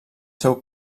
seu